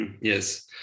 Yes